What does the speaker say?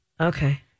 Okay